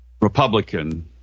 Republican